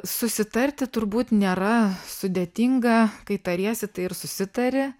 susitarti turbūt nėra sudėtinga kai tariesi tai ir susitari